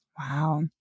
Wow